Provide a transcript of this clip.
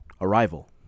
Arrival